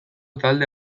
talde